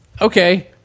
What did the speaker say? Okay